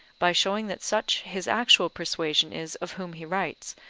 by showing that such his actual persuasion is of whom he writes,